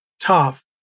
tough